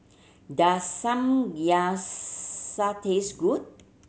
does Samgyeopsal taste good